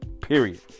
period